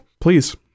please